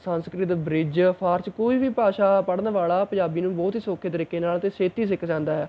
ਸੰਸਕ੍ਰਿਤ ਬ੍ਰਿੱਜ ਫਾਰਸ ਕੋਈ ਵੀ ਭਾਸ਼ਾ ਪੜ੍ਹਨ ਵਾਲਾ ਪੰਜਾਬੀ ਨੂੰ ਬਹੁਤ ਹੀ ਸੌਖੇ ਤਰੀਕੇ ਨਾਲ਼ ਅਤੇ ਛੇਤੀ ਸਿੱਖ ਜਾਂਦਾ ਹੈ